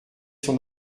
son